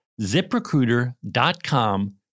ZipRecruiter.com